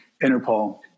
Interpol